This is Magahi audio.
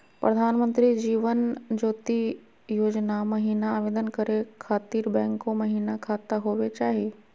प्रधानमंत्री जीवन ज्योति योजना महिना आवेदन करै खातिर बैंको महिना खाता होवे चाही?